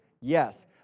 yes